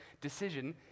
decision